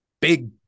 big